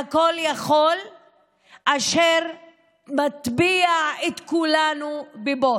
והכול יכול אשר מטביע את כולנו בבוץ.